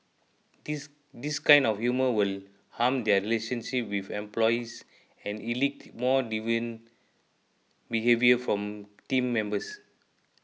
this this kind of humour will harm their relationship with employees and elicit more deviant behaviour from team members